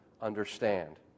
understand